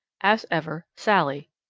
as ever, sallie.